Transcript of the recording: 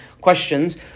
questions